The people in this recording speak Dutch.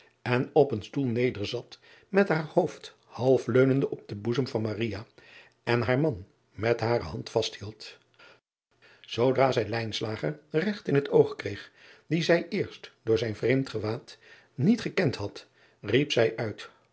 en op een stoel nederzat met haar hoofd half leunende op den boezem van en haar man met hare hand vasthield oodra zij regt in het oog kreeg dien zij eerst door zijn vreemd gewaad niet gelend had riep zij uit